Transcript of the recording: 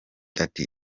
ati